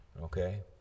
Okay